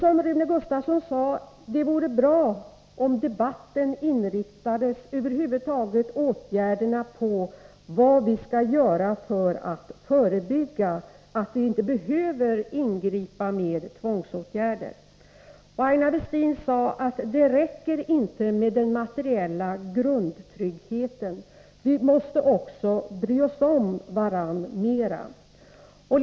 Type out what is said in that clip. Som Rune Gustavsson sade vore det bra om debatten över huvud taget inriktades på åtgärderna för att förebygga omhändertaganden — så att vi inte behöver ingripa med tvångsåtgärder. Aina Westin sade att det inte räcker med den materiella grundtryggheten — vi måste bry oss om varandra mer.